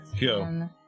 Go